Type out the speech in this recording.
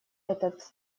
этот